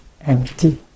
empty